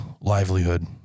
livelihood